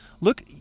Look